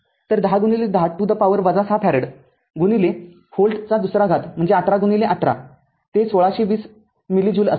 तर१०१० to the power ६ farad volt २ म्हणजे १८१८ ते १६२० millijoule असेल